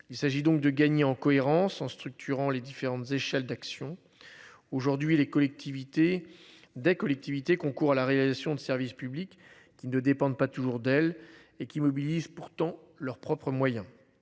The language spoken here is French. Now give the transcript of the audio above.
Il s'agit donc de gagner en cohérence en structurant les différentes échelles d'action. Aujourd'hui les collectivités. Des collectivités concours à la réalisation de services publics qui ne dépendent pas toujours d'elle et qui mobilise pourtant leurs propres moyens.